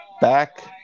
Back